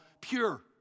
pure